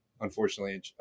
unfortunately